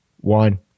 one